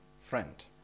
friend